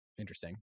Interesting